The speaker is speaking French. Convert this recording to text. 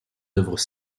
œuvres